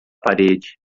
parede